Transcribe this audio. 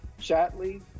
Chatley